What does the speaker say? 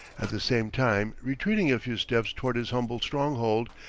at the same time retreating a few steps toward his humble stronghold,